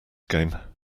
game